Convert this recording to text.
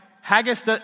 haggis